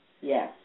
Yes